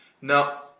Now